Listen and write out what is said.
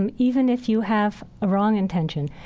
and even if you have wrong intention.